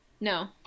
no